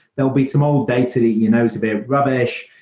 there'll be some old data that you know is a bit rubbish.